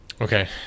Okay